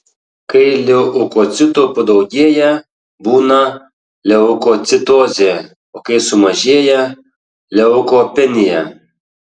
kai leukocitų padaugėja būna leukocitozė o kai sumažėja leukopenija